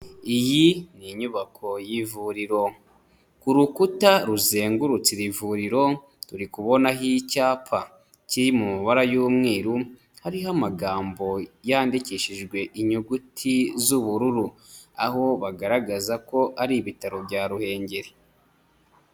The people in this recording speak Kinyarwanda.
Iyi n'inyubako y'ivuriro, ku rukuta ruzengurutse iri ivuriro turi kubonaho icyapa kiri mu mabara y'umweru, hariho amagambo yandikishijwe inyuguti z'ubururu aho bagaragaza ko ari ibitaro bya Ruhengeri.